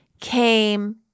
came